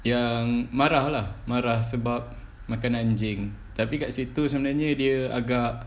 yang marah lah marah sebab makan anjing tapi kat situ macam mana dia agak